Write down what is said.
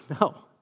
no